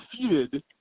defeated